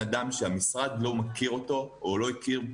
אדם שהמשרד לא מכיר אותו או לא הכיר.